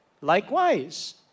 likewise